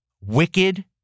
wicked